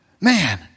Man